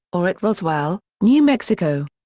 or at roswell, new mexico.